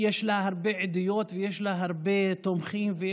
יש לה הרבה עדויות ויש לה הרבה תומכים.